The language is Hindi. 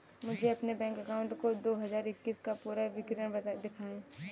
मुझे अपने बैंक अकाउंट का दो हज़ार इक्कीस का पूरा विवरण दिखाएँ?